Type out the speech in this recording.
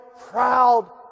proud